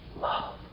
love